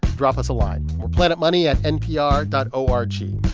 drop us a line. we're planetmoney at npr dot o r g.